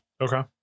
okay